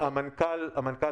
או שבמקרים חריגים רק,